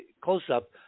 close-up